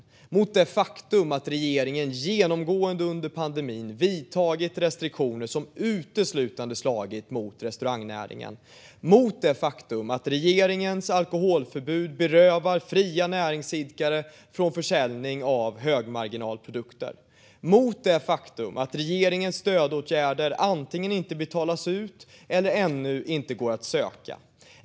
De protesterar mot det faktum att regeringen genomgående under pandemin infört restriktioner som uteslutande slagit mot restaurangnäringen, mot det faktum att regeringens alkoholförbud berövar fria näringsidkare försäljning av högmarginalprodukter och mot det faktum att regeringens stödåtgärder antingen inte betalas ut eller ännu inte går att söka.